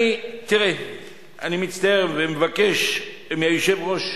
אני מצטער ומבקש מהיושב-ראש,